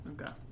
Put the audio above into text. okay